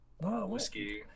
whiskey